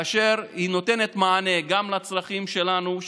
שהיא נותנת מענה גם לצרכים שלנו,